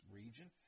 region